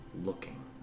looking